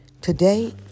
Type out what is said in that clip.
Today